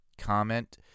comment